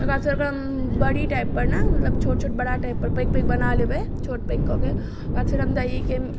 ओकरबाद फेर ओकरा बड़ी टाइप पर ने मतलब छोट छोट बड़ा टाइप पर पैघ पैघ बना लेबै छोट पैघ कऽके ओकरबाद फेर हम दहीके